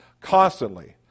constantly